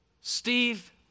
Steve